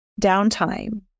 downtime